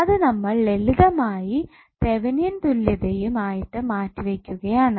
അത് നമ്മൾ ലളിതമായി തെവെനിൻ തുല്യതയും ആയിട്ട് മാറ്റിവയ്ക്കുകയാണ്